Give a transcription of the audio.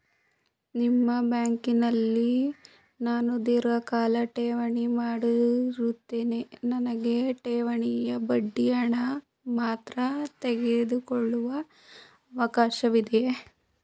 ನಿಮ್ಮ ಬ್ಯಾಂಕಿನಲ್ಲಿ ನಾನು ಧೀರ್ಘಕಾಲ ಠೇವಣಿ ಮಾಡಿರುತ್ತೇನೆ ನನಗೆ ಠೇವಣಿಯ ಬಡ್ಡಿ ಹಣ ಮಾತ್ರ ತೆಗೆದುಕೊಳ್ಳುವ ಅವಕಾಶವಿದೆಯೇ?